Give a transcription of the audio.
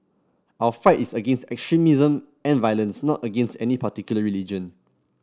our fight is against extremism and violence not against any particular religion